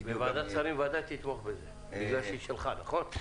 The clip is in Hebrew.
וועדת שרים ודאי תתמוך בזה, בגלל שהיא שלך, נכון?